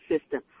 system